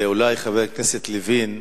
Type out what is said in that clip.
ואולי, חבר הכנסת לוין,